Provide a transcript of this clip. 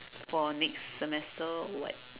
for next semester or what